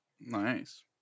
Nice